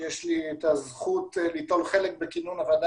יש לי הזכות ליטול חלק בכינון הוועדה